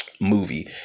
movie